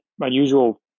unusual